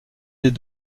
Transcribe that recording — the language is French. des